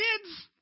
kids